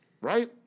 right